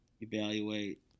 evaluate